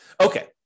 Okay